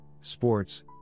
sports